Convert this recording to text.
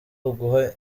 uguha